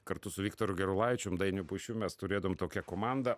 kartu su viktoru gerulaičium dainiu pušiu mes turėdavom tokią komandą